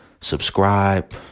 Subscribe